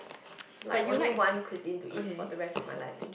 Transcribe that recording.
like one only cuisine to eat for the rest of my life